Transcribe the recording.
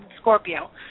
Scorpio